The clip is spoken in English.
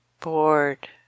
bored